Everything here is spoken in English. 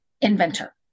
inventor